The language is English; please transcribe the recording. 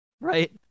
right